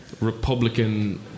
Republican